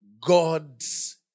God's